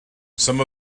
some